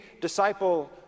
disciple